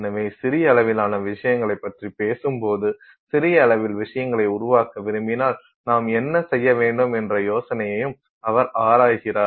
எனவே சிறிய அளவிலான விஷயங்களைப் பற்றி பேசும்போது சிறிய அளவில் விஷயங்களை உருவாக்க விரும்பினால் நாம் என்ன செய்ய வேண்டும் என்ற யோசனையையும் அவர் ஆராய்கிறார்